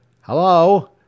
Hello